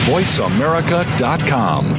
VoiceAmerica.com